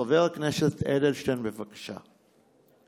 חבר הכנסת אדלשטיין, בבקשה.